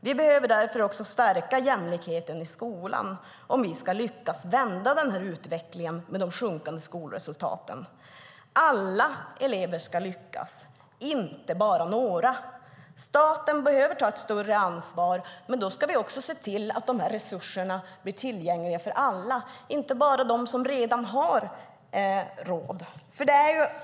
Om vi ska lyckas vända utvecklingen med de sjunkande skolresultaten behöver vi därför stärka jämlikheten i skolan. Alla elever ska lyckas, inte bara några. Staten behöver ta ett större ansvar, men då ska resurserna också bli tillgängliga för alla, inte bara för dem som redan har råd.